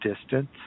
distance